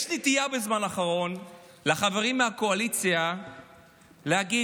יש נטייה בזמן האחרון לחברים מהקואליציה להגיד: